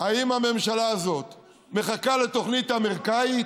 האם הממשלה הזאת מחכה לתוכנית אמריקנית?